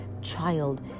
child